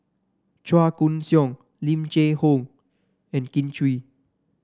Chua Koon Siong Lim Cheng Hoe and Kin Chui